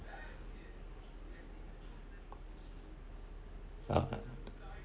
uh